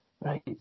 Right